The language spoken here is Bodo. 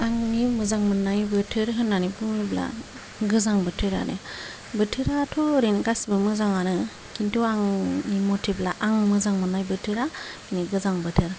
आंनि मोजां मोननाय बोथोर होननानै बुङोब्ला गोजां बोथोरानो बोथोराथ' ओरैनो गासैबो मोजाङानो किन्तु आंनि मथैब्ला आं मोजां मोननाय बोथोरानो गोजां बोथोर